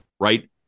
right